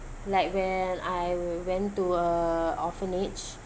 like when I went to a orphanage